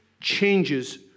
changes